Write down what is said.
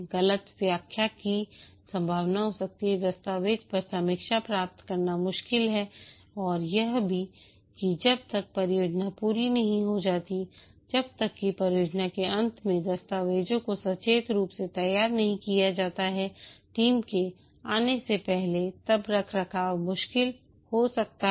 गलत व्याख्या की संभावना हो सकती हैदस्तावेज़ पर समीक्षा प्राप्त करना मुश्किल है और यह भी कि जब तक परियोजना पूरी नहीं हो जाती है जब तक कि परियोजना के अंत में दस्तावेजों को सचेत रूप से तैयार नहीं किया जाता है टीम के आने से पहले तब रखरखाव मुश्किल हो सकता है